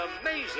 amazing